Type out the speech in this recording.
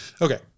Okay